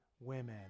women